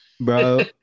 Bro